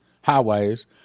highways